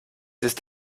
ist